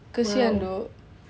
why